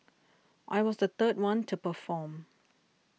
I was the third one to perform